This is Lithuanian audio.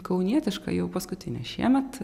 kaunietiška jau paskutinė šiemet